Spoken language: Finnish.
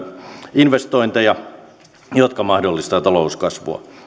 investointeja jotka mahdollistavat talouskasvua